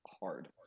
hard